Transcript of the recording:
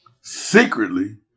Secretly